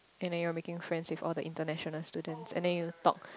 and then you're making friends with all the international students and then you talk